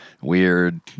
weird